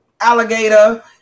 alligator